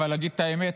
אבל נגיד את האמת: